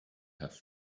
have